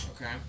Okay